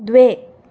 द्वे